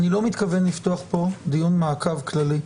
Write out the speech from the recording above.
אני לא מתכוון לפתוח פה דיון מעקב כללי.